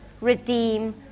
redeem